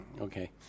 Okay